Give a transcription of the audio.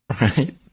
Right